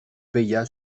paya